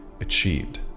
achieved